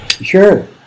Sure